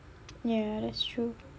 ya that's true